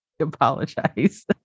apologize